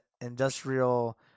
industrial